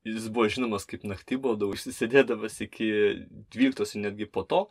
jis buvo žinomas kaip naktibalda užsisėdėdamas iki dvyliktos ir netgi po to